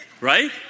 Right